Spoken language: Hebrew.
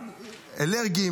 אלרגיים,